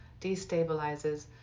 destabilizes